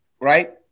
right